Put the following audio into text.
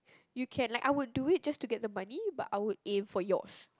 you can like I would do it just to get the money but I will aim for yours